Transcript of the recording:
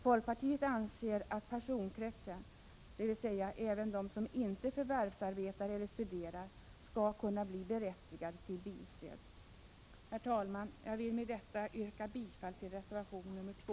Folkpartiet anser att personkretsen, dvs. även de som inte förvärvsarbetar eller studerar, skall kunna bli berättigad till bilstöd. Herr talman! Jag vill med detta yrka bifall till reservation 2.